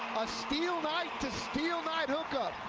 a steele knight to steele knight hookup.